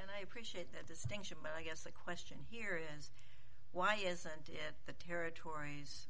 and i appreciate that distinction but i guess the question here is why isn't it the territory's